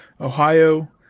Ohio